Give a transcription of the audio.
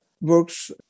works